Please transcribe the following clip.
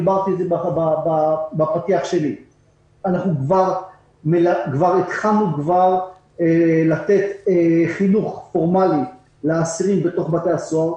אנחנו כבר התחלנו לתת חינוך פורמלי בתוך בתי הסוהר,